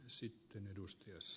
arvoisa puhemies